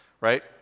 right